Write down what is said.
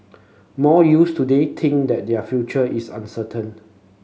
most youths today think that their future is uncertain